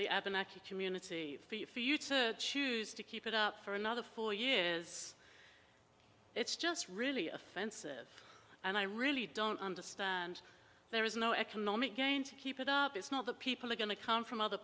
the community for you for you to choose to keep it up for another four years it's just really offensive and i really don't understand there is no economic gain to keep it up it's not that people are going to come from other